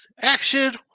action